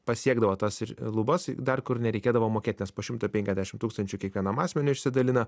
pasiekdavo tas ir lubas dar kur nereikėdavo mokėt nes po šimtą penkiasdešim tūkstančių kiekvienam asmeniui išsidalina